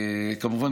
כמובן,